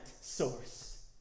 source